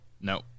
No